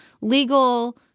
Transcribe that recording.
legal